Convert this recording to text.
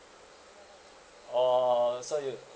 orh so you